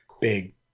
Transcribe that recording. big